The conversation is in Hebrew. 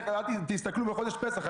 תסתכלו בחודש פסח,